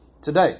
today